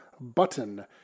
button